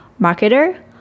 marketer